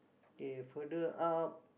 they further up